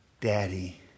daddy